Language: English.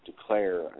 declare